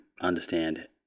understand